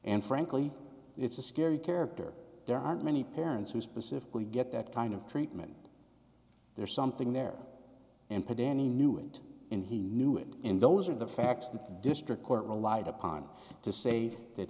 and frankly it's a scary character there aren't many parents who specifically get that kind of treatment there's something there and put danny knew and and he knew it and those are the facts that the district court relied upon to say that